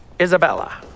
Isabella